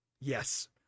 Yes